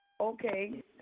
okay